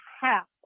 half